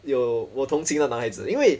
有我同情那男孩子因为